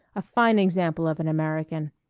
a fine example of an american.